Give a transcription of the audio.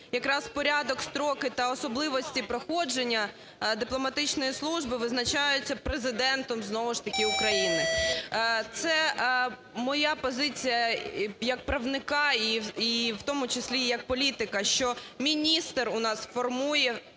якраз порядок, строки та особливості проходження дипломатичної служби визначаються Президентом знову ж таки України. Це моя позиція як правника і в тому числі і як політика, що міністр у нас формує